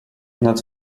nad